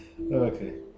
okay